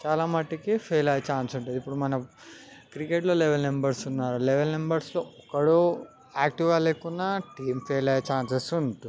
చాలా మట్టుకు ఫెయిల్ అయ్యే ఛాన్స్ ఉంటుంది మనం క్రికెట్లో ఎలెవెన్ మెంబర్స్ ఉన్నారు ఎలెవెన్ మెంబర్స్లో ఒకడు యాక్టివ్గా లేకున్న టీం ఫెయిల్ అయ్యే ఛాన్సెస్ ఉంటాయి